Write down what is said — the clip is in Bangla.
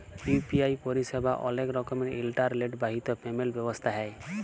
ইউ.পি.আই পরিসেবা অলেক রকমের ইলটারলেট বাহিত পেমেল্ট ব্যবস্থা হ্যয়